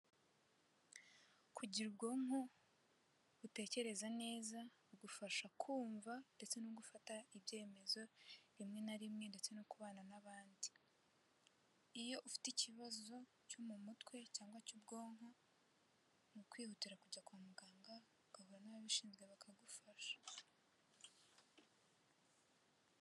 Kugira ubwonko butekereza neza, bigufasha kumva ndetse no gufata ibyemezo rimwe na rimwe ndetse no kubana n'abandi. Iyo ufite ikibazo cyo mu mutwe cyangwa cy'ubwonko, ni ukwihutira kujya kwa muganga, ugahura n'ababishinzwe bakagufasha.